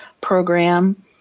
program